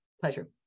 pleasure